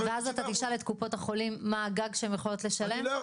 2%. ואז אתה תשאל את קופות החולים מה הגג שהם יכולים לשלם?